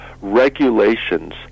Regulations